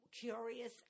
curious